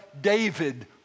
David